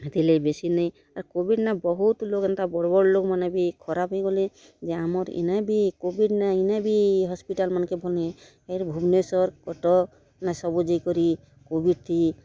ହେଥିରଲାଗି ବେଶୀ ନାଇଁ ଆର୍ କୋଭିଡ଼୍ ନା ବହୁତ୍ ଲୋକ୍ ଏନ୍ତା ବଡ଼୍ ବଡ଼୍ ଲୋକମାନେ ବି ଖରାପ୍ ହୋଇଗଲେ ଯେ ଆମର୍ ଇନେ ବି କୋଭିଡ଼୍ ନା ଇନେ ଭି ହସ୍ପିଟାଲ୍ ମାନଙ୍କେ ଭଲ୍ ନେଇ ହେ ଫେର୍ ଭୁବନେଶ୍ୱର୍ କଟକ୍ ନେ ସବୁ ଯାଇକରି କୋଭିଡ଼୍ ଥି